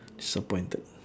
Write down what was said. disappointed